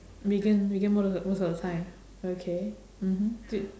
vegan vegan most of the most of the time okay mmhmm do